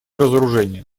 разоружение